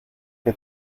que